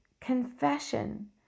confession